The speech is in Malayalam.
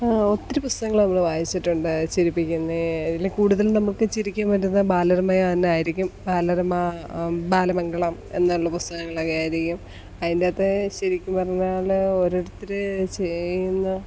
ഒത്തിരി പുസ്തകങ്ങള് നമ്മള് വായിച്ചിട്ടുണ്ട് ചിരിപ്പിക്കുന്നത് അതില് കൂടുതലും നമുക്ക് ചിരിക്കാന് പറ്റുന്ന ബാലരമ തന്നെയായിരിക്കും ബാലരമ ബാലമംഗളം എന്നുള്ള പുസ്തകങ്ങളൊക്കെ ആയിരിക്കും അതിന്റകത്തെ ശരിക്കും പറഞ്ഞാല് ഓരോരുത്തര് ചെയ്യുന്ന